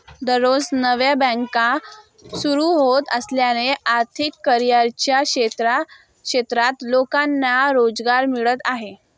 दररोज नव्या बँका सुरू होत असल्याने आर्थिक करिअरच्या क्षेत्रात लोकांना रोजगार मिळत आहे